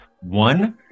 One